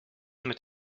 mit